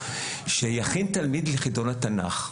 כדי שיכין תלמיד לחידון התנ"ך.